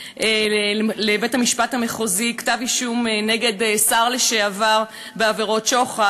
לבית-המשפט המחוזי כתב-אישום נגד שר לשעבר בעבירות שוחד,